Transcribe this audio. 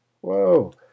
whoa